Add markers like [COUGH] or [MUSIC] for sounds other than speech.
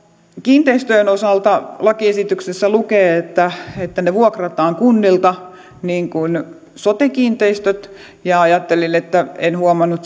kiinteistöjen osalta lakiesityksessä lukee että että ne vuokrataan kunnilta niin kuin sote kiinteistöt ja ajattelin kun en huomannut [UNINTELLIGIBLE]